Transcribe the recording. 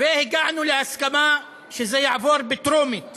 והגענו להסכמה שזה יעבור בטרומית